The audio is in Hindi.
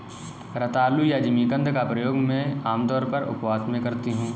रतालू या जिमीकंद का प्रयोग मैं आमतौर पर उपवास में करती हूँ